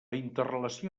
interrelació